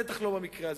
בטח לא במקרה הזה.